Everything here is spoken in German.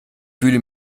fühle